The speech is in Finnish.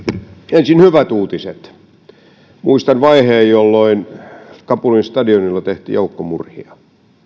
ensin hyvät uutiset muistan vaiheen jolloin kabulin stadionilla tehtiin joukkomurhia